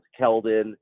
Keldon